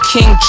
King